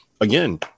again